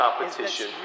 competition